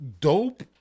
dope